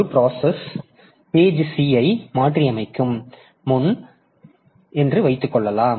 ஒரு process page C ஐ மாற்றியமைக்கும் முன் என்று வைத்துக்கொள்வோம்